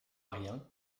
rien